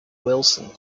wilson